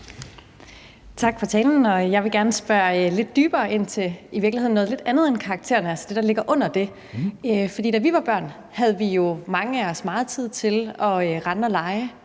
Tak for talen. Jeg vil gerne spørge lidt dybere ind til noget i virkeligheden lidt andet end karaktererne, altså det, der ligger under det. For da vi var børn, havde mange af os jo meget tid til at rende og lege